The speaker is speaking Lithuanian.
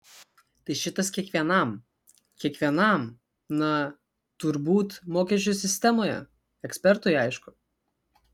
tai šitas kiekvienam kiekvienam na turbūt mokesčių sistemoje ekspertui aišku